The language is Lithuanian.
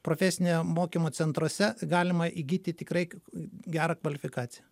profesinio mokymo centruose galima įgyti tikrai gerą kvalifikaciją